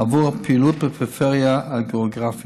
עבור פעילות בפריפריה הגיאוגרפית.